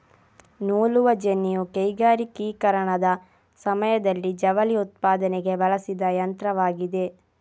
ನೂಲುವ ಜೆನ್ನಿಯು ಕೈಗಾರಿಕೀಕರಣದ ಸಮಯದಲ್ಲಿ ಜವಳಿ ಉತ್ಪಾದನೆಗೆ ಬಳಸಿದ ಯಂತ್ರವಾಗಿದೆ